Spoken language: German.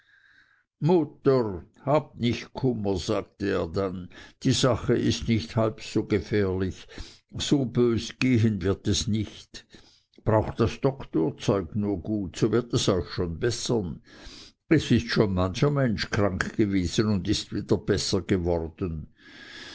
mutter habt nicht kummer sagte er dann die sache ist nicht halb so gefährlich so bös gehen wird es nicht braucht das doktorzeug nur gut so wird es euch schon bessern es ist schon mancher mensch krank gewesen und ist wieder besser geworden